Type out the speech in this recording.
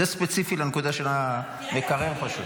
זה ספציפית לנקודה של המקרר פשוט.